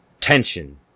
tension